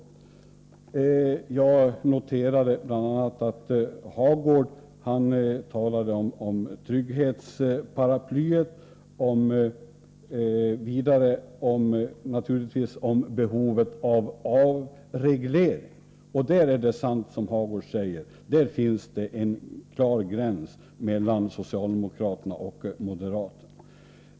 et S och organisation, Jag noterade bl.a. att Hagård talade om trygghetsparaplyet och vidare Rd naturligtvis om behovet av avreglering. Det är sant som Hagård säger — där finns det en klar gräns mellan socialdemokraterna och moderaterna.